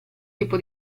tipo